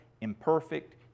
imperfect